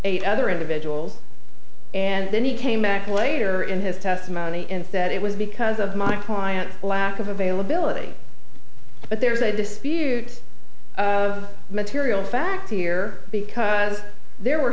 eight other individuals and then he came back later in his testimony and that it was because of my client lack of availability but there was a dispute of material facts here because there were